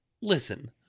listen